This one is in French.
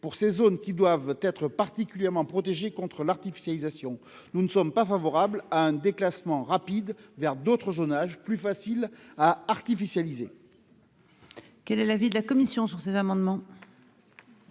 pour ces zones, qui doivent être particulièrement protégées contre l'artificialisation. Nous ne sommes pas favorables à un déclassement vers d'autres zonages plus faciles à artificialiser.